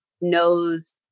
knows